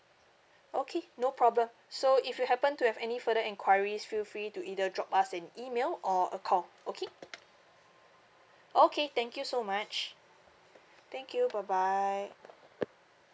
okay no problem so if you happen to have any further enquiries feel free to either drop us an email or a call okay okay thank you so much thank you bye bye